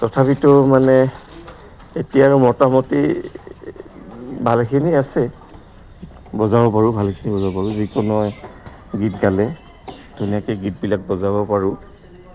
তথাপিতো মানে এতিয়া আৰু মোটামুটি ভালেখিনি আছে বজাব পাৰোঁ ভালেখিনি বজাব পাৰোঁ যিকোনোই গীত গালে ধুনীয়াকে গীতবিলাক বজাব পাৰোঁ